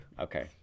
Okay